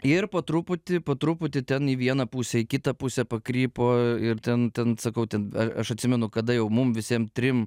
ir po truputį po truputį ten į vieną pusę į kitą pusę pakrypo ir ten ten sakau ten atsimenu kada jau mum visiem trim